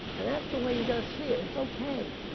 and that's the way you gotta see it. it's okay.